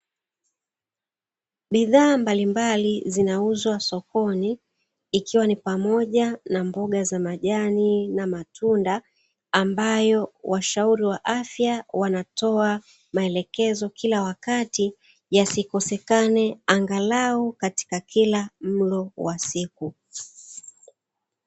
Bidhaa mbalimbali zinauzwa sokoni ikiwa ni pamoja na mboga za majani na matunda, ambayo washauri wa afya wanatoa maelekezo kila wakati yasikosekane angalau katika kila mlo wa siku.